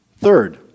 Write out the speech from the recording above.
Third